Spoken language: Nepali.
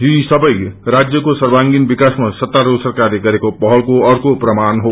यो राज्यको सर्वागीण विकासमा सत्तारूढ़ सरकारले गरेको पहलको अर्को प्रमाण हो